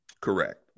Correct